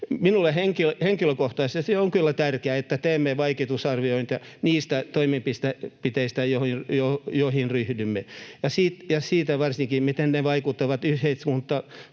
Minulle henkilökohtaisesti on kyllä tärkeää, että teemme vaikutusarviointeja niistä toimenpiteistä, joihin ryhdymme, ja varsinkin siitä, miten ne vaikuttavat yhteiskuntamme